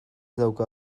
dauka